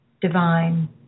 divine